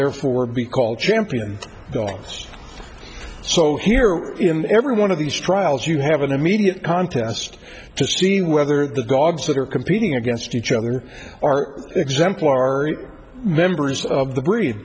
therefore be called champion goings so here in every one of these trials you have an immediate contest to see whether the dogs that are competing against each other are exemplar members of the breed